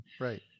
Right